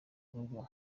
urugo